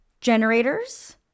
generators